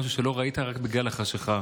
שהולך או משהו שלא ראית רק בגלל החשכה.